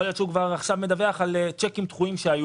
יכול להיות שעכשיו הוא כבר מדווח על צ'קים דחויים שהיו